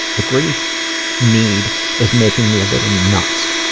the grief need is making me a little nuts.